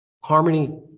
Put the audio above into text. Harmony